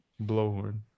blowhorn